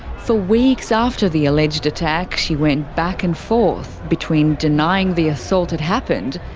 for weeks after the alleged attack, she went back and forth, between denying the assault had happened,